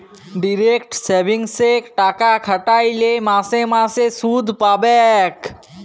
direct সেভিংসে টাকা খ্যাট্যাইলে মাসে মাসে সুদ পাবেক